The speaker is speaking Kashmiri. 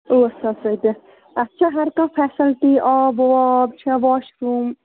ٲٹھ ساس رۄپیہِ اتھ چھا ہر کانٛہہ فیسلٹی آب واب چھا واش روٗم